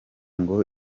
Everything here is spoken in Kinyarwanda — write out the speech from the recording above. ngo